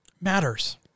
matters